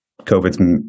COVID's